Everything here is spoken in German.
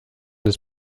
des